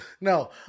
No